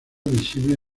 visible